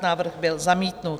Návrh byl zamítnut.